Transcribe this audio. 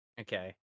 Okay